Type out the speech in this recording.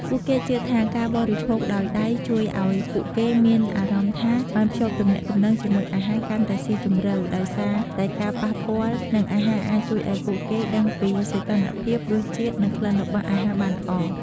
ពួកគេជឿថាការបរិភោគដោយដៃជួយឱ្យពួកគេមានអារម្មណ៍ថាបានភ្ជាប់ទំនាក់ទំនងជាមួយអាហារកាន់តែស៊ីជម្រៅ ដោយសារតែការប៉ះផ្ទាល់នឹងអាហារអាចជួយឱ្យពួកគេដឹងពីសីតុណ្ហភាព រសជាតិ និងក្លិនរបស់អាហារបានល្អ។